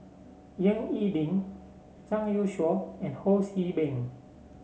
Ying E Ding Zhang Youshuo and Ho See Beng